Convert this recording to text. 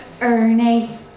Ernie